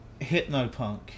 hypnopunk